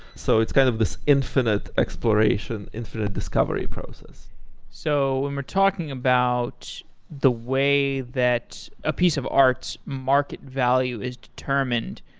so it's kind of this infinite exploration, infinite discovery process so when we're talking about the way that a piece of art's market value is determined,